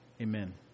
Amen